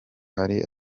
hari